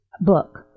book